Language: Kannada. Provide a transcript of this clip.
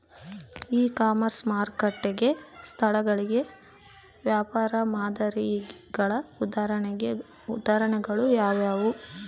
ಇ ಕಾಮರ್ಸ್ ಮಾರುಕಟ್ಟೆ ಸ್ಥಳಗಳಿಗೆ ವ್ಯಾಪಾರ ಮಾದರಿಗಳ ಉದಾಹರಣೆಗಳು ಯಾವುವು?